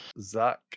Zach